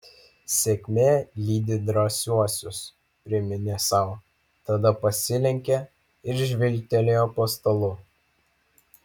sėkmė lydi drąsiuosius priminė sau tada pasilenkė ir žvilgtelėjo po stalu